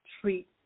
treat